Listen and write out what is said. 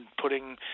putting